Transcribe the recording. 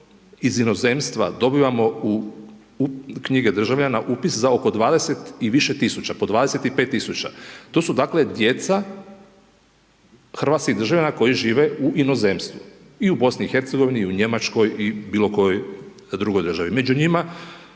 iz inozemstva dobivamo u knjige državljana upis za oko 20 i više tisuća. Po 25 tisuća. To su dakle djeca hrvatskih državljana koje žive u inozemstvu. I u BiH i u Njemačkoj i bilo kojoj drugoj državi. Među njima